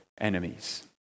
Enemies